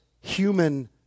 human